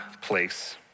place